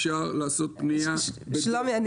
אפשר לעשות פנייה --- שלומי,